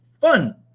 fun